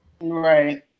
Right